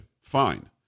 Fine